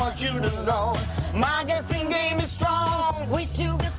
and you know my guessing game is strong way too